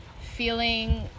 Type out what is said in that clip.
feeling